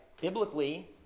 biblically